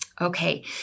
Okay